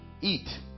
eat